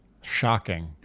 Shocking